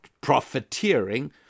profiteering